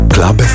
Club